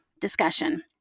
discussion